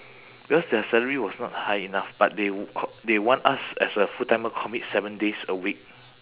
because their salary was not high enough but they c~ they want us as a full-timer commit seven days a week